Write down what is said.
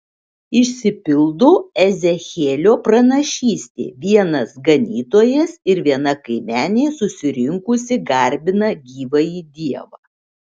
išsipildo ezechielio pranašystė vienas ganytojas ir viena kaimenė susirinkusi garbina gyvąjį dievą